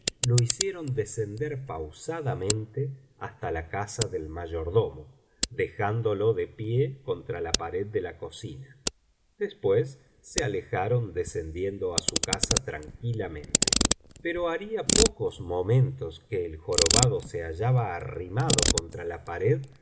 lo hicieron descender pausadamente hasta la casa del mayordomo dejándolo de pie contra la pared de la cocina después se alejaron descendiendo á su casa tranquilamente pero haría pocos momentos que el jorobado se hallaba arrimado contra la pared